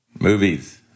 Movies